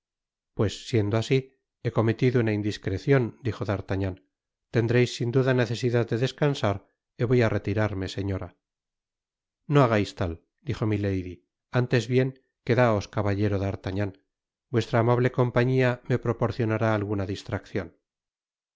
pues siendo asi he cometido una indiscrecion dijo d'artagnan tendreis sin duda necesidad de descansar y voy á retirarme señora no hagais tal dijo milady antes bien quedaos caballero d'artagnan vuestra amable compañia me proporcionará alguna distraccion